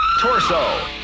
Torso